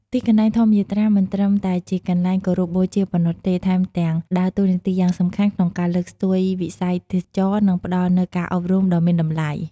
ទីកន្លែងធម្មយាត្រាមិនត្រឹមតែជាកន្លែងគោរពបូជាប៉ុណ្ណោះទេ ថែមទាំងដើរតួនាទីយ៉ាងសំខាន់ក្នុងការលើកស្ទួយវិស័យទេសចរណ៍ និងផ្តល់នូវការអប់រំដ៏មានតម្លៃ។